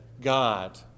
God